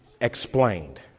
explained